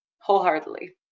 wholeheartedly